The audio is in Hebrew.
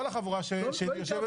כל החבורה שיושבת